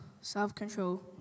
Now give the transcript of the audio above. self-control